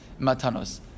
matanos